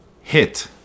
hit